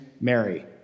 Mary